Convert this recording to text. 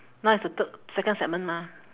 now is the third second segment mah